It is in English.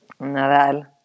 Nadal